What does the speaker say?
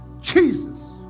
Jesus